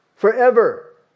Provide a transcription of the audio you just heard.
Forever